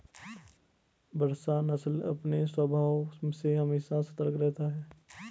बसरा नस्ल अपने स्वभाव से हमेशा सतर्क रहता है